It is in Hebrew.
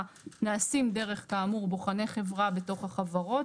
נעשים כאמור דרך בוחני חברה בתוך החברות.